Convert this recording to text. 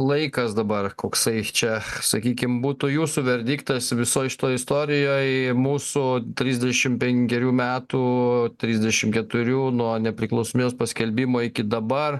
laikas dabar koksai čia sakykim būtų jūsų verdiktas visoj šitoj istorijoj mūsų trisdešimt penkerių metų trisdešimt keturių nuo nepriklausomybės paskelbimo iki dabar